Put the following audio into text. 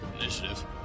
Initiative